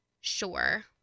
sure